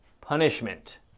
punishment